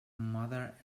mother